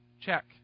check